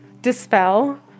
dispel